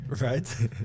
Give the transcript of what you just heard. right